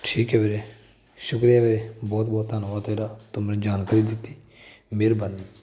ਠੀਕ ਹੈ ਵੀਰੇ ਸ਼ੁਕਰੀਆ ਵੀਰੇ ਬਹੁਤ ਬਹੁਤ ਧੰਨਵਾਦ ਤੇਰਾ ਤੂੰ ਮੈਨੂੰ ਜਾਣਕਾਰੀ ਦਿੱਤੀ ਮਿਹਰਬਾਨੀ